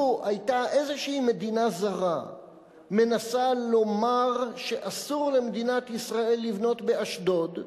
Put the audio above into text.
לו היתה איזו מדינה זרה מנסה לומר שאסור למדינת ישראל לבנות באשדוד,